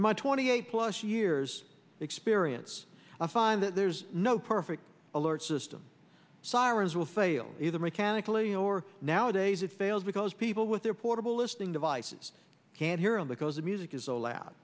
in my twenty eight plus years experience i find that there's no perfect alert system sirens will fail either mechanically or nowadays it fails because people with their portable listening devices can hear on the close a music is